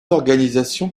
organisations